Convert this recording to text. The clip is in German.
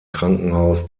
krankenhaus